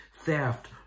theft